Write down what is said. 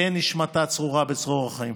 תהא נשמתה צרורה בצרור החיים.